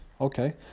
okay